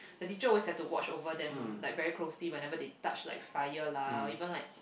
the teacher always have to watch over them like very closely whenever they touch like fire lah or even like